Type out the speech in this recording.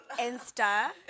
Insta